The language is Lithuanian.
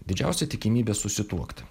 didžiausia tikimybė susituokti